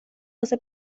واسه